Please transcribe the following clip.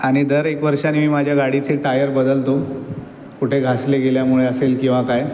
आणि दर एक वर्षानी मी माझ्या गाडीची टायर बदलतो कुठे घासली गेल्यामुळे असेल किंवा काय